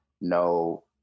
no